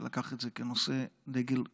שלקח את זה כמשימה ראשונה,